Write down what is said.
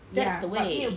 that's the way